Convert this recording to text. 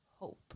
hope